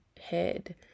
head